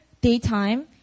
daytime